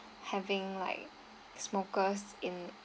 having like smokers in